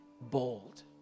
bold